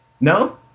No